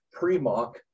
premock